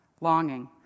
longing